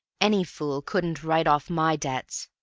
any fool couldn't write off my debts,